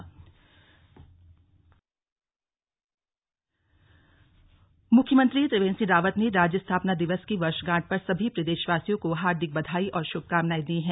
राज्य स्थापना दिवस मुख्यमंत्री त्रिवेन्द्र सिंह रावत ने राज्य स्थापना दिवस की वर्षगांठ पर सभी प्रदेश वासियों को हार्दिक बधाई और श्रभकामनाएं दी है